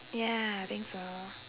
ya I think so